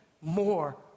more